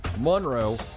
Monroe